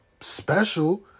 special